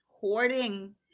Hoarding